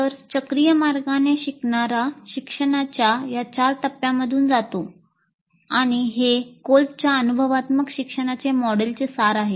तर चक्रीय मार्गाने शिकणारा शिक्षणाच्या या 4 टप्प्यांमधून जातो आणि हे कोल्बच्या अनुभवात्मक शिक्षणाचे मॉडेलचे सार आहे